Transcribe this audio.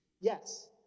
Yes